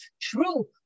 true